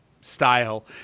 style